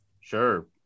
Sure